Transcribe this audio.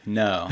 no